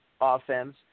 offense